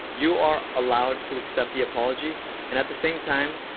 you are allowed to accept the apology and, at the same time,